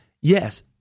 yes